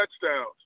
touchdowns